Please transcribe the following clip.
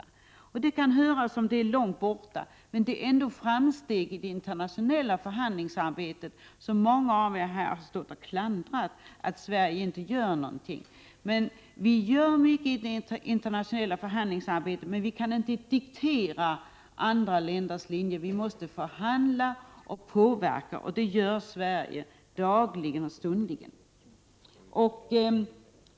Det kan verka avlägset, men det är ändå ett framsteg i det internationella förhandlingsarbetet, som många stått här och klandrat. Det har hetat att Sverige inte gör någonting. Sverige gör mycket i det internationella förhandlingsarbetet, men Sverige kan inte diktera för andra länder. Vi måste förhandla och påverka, och det gör Sverige dagligen och stundligen.